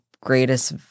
greatest